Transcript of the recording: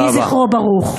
יהי זכרו ברוך.